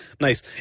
Nice